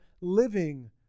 living